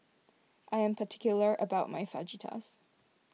I am particular about my Fajitas